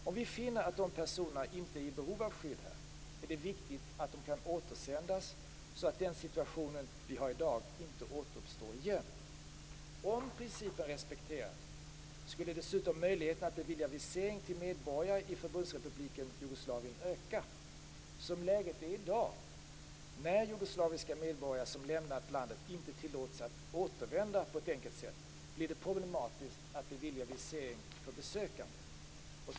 Om vi finner att de personerna inte är i behov av skydd här är det viktigt att de kan återsändas, så att den situation som vi har i dag inte uppstår igen. Om principen respekterades skulle dessutom möjligheterna att bevilja viseringar till medborgare i Förbundsrepubliken Jugoslavien öka. Som läget är i dag, när jugoslaviska medborgare som lämnat landet inte tillåts att återvända på ett enkelt sätt, blir det problematiskt att bevilja visering för besökande.